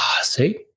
See